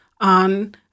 on